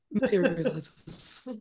materializes